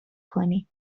کنی